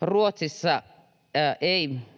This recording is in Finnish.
Ruotsissa ei